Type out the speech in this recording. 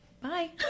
bye